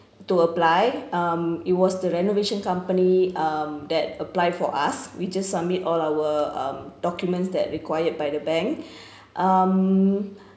to apply um it was the renovation company um that apply for us we just submit all our um documents that required by the bank um